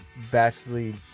vastly